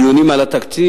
דיונים על התקציב,